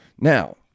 Now